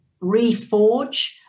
reforge